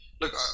Look